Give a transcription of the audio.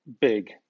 big